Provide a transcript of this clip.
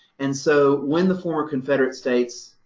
and so, when the former confederate states,